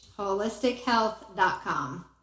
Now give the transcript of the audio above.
Holistichealth.com